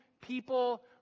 people